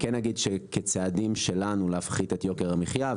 שכצעדים שלנו להפחתת יוקר המחיה,